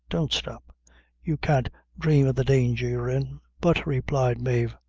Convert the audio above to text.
don't stop you can't dhrame of the danger you're in. but, replied mave,